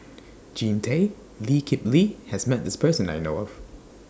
Jean Tay and Lee Kip Lee has Met This Person that I know of